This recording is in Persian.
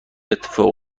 اتفاق